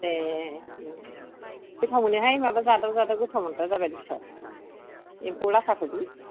एह ओम ओम गोथाव मोनोहाय माबा जादाव जादाव गोथाव मोनग्रा जाबाय बुस्टुआ एम्फौ लाथाखौबो